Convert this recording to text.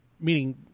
Meaning –